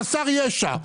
חסר ישע,